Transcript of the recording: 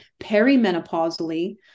perimenopausally